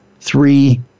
three